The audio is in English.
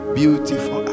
beautiful